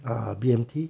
um B_M_T